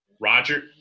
Roger